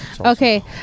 Okay